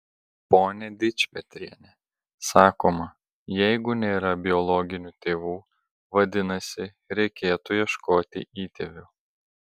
pone dičpetriene sakoma jeigu nėra biologinių tėvų vadinasi reikėtų ieškoti įtėvių